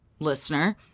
Listener